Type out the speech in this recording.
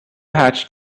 hatch